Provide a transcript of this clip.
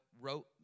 wrote